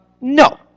No